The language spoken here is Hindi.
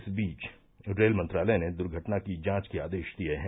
इस बीच रेल मंत्रालय ने दुर्घटना की जांच के आदेश दिये हैं